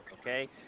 Okay